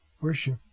Worship